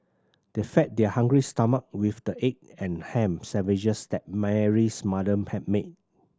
they fed their hungry stomach with the egg and ham sandwiches that Mary's mother had made